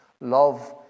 love